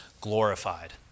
glorified